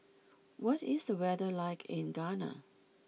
what is the weather like in Ghana